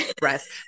breast